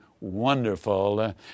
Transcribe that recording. wonderful